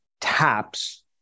TAPS